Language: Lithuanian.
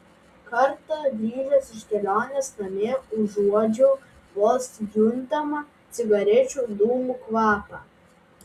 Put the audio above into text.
kartą grįžęs iš kelionės namie užuodžiau vos juntamą cigarečių dūmų kvapą